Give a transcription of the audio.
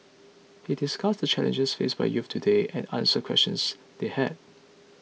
he discussed the challenges faced by youths today and answered questions they had